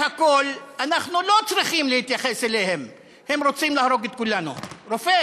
ואז אני קורא היום פוסט של רופא